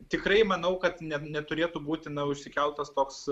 tikrai manau kad ne neturėtų būti na užsikeltas toks